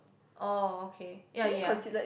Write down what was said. oh okay ya ya